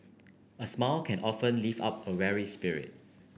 a smile can often lift up a weary spirit